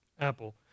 Apple